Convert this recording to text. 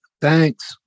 Thanks